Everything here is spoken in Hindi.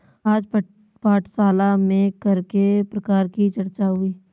आज पाठशाला में कर के प्रकार की चर्चा हुई